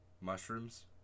Mushrooms